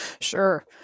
Sure